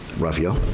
raphael?